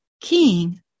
King